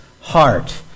heart